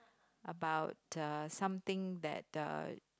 about a something that a